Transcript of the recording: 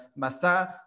masa